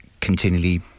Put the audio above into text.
continually